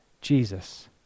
Jesus